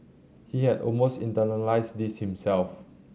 he has almost internalised this himself